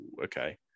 okay